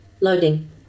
loading